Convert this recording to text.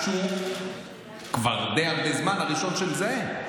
שהוא כבר די הרבה זמן הראשון שמזהה,